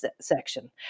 section